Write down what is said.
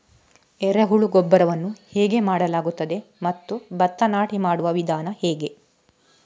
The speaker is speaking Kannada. ಎರೆಹುಳು ಗೊಬ್ಬರವನ್ನು ಹೇಗೆ ಮಾಡಲಾಗುತ್ತದೆ ಮತ್ತು ಭತ್ತ ನಾಟಿ ಮಾಡುವ ವಿಧಾನ ಹೇಗೆ?